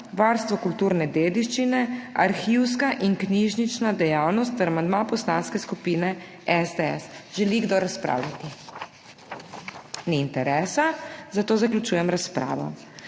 Varstvo kulturne dediščine, arhivska in knjižnična dejavnost ter amandma Poslanske skupine SDS. Želi kdo razpravljati? Ni interesa, zato zaključujem razpravo.